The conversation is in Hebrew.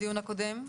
בדיון הקודם,